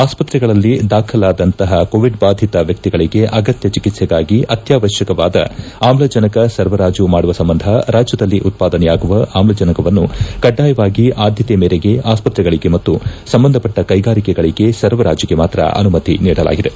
ಆಸ್ಪತ್ರೆಗಳಲ್ಲಿ ದಾಖಲಾದಂತಪ ಕೋವಿಡ್ಬಾಧಿತ ವ್ಯಕ್ತಿಗಳಿಗೆ ಅಗತ್ಯ ಚಿಕಿತ್ಸೆಗಾಗಿ ಅತ್ಯಾವಶ್ಯಕವಾದ ಆಮ್ಲಜನಕ ಸರಬರಾಜು ಮಾಡುವ ಸಂಬಂಧ ರಾಜ್ಲದಲ್ಲಿ ಉತ್ಪಾದನೆಯಾಗುವ ಆಮ್ಲಜನಕವನ್ನು ಕಡ್ಡಾಯವಾಗಿ ಆದ್ಲತೆ ಮೇರೆಗೆ ಆಸ್ಪತ್ತೆಗಳಿಗೆ ಮತ್ತು ಸಂಬಂಧಪಟ್ಟು ಕೈಗಾರಿಕೆಗಳಿಗೆ ಸರಬರಾಜಿಗೆ ಮಾತ್ರ ಅನುಮತಿ ನೀಡಲಾಗಿದೆ